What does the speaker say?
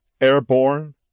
Airborne